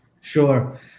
Sure